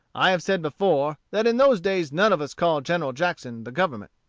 i have said before, that in those days none of us called general jackson the government.